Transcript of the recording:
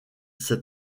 cette